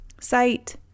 Sight